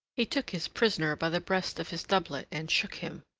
he took his prisoner by the breast of his doublet and shook him.